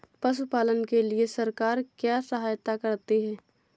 पशु पालन के लिए सरकार क्या सहायता करती है?